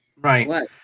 Right